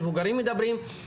מבוגרים מדברים.